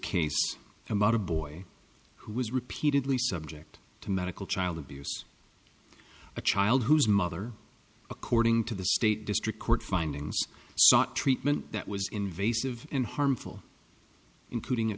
case about a boy who was repeatedly subject to medical child abuse a child whose mother according to the state district court findings sought treatment that was invasive and harmful including a